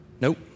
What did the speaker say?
Nope